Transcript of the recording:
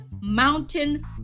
Mountain